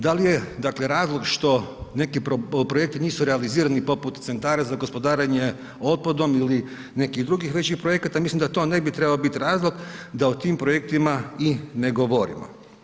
Da li je, dakle, razlog što neki projekti nisu realizirani poput centara za gospodarenje otpadom ili nekih drugih većih projekata, mislim da to ne bi trebao biti razlog da o tim projektima i ne govorimo.